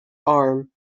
arm